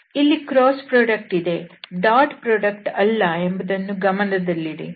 ಇಲ್ಲಿ ಕ್ರಾಸ್ ಉತ್ಪನ್ನ ಇದೆ ಡಾಟ್ ಉತ್ಪನ್ನವಲ್ಲ ಎಂಬುದನ್ನು ಗಮನದಲ್ಲಿಡಿ